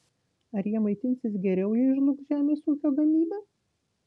ar jie maitinsis geriau jei žlugs žemės ūkio gamyba